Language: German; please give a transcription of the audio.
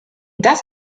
das